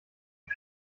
die